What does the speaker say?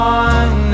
one